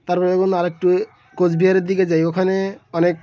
তারপরে কোনো আরেকটু কোচবিহারের দিকে যাই ওখানে অনেক